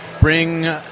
bring